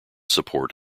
support